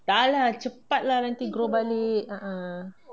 tak lah cepat lah nanti grow balik ah ah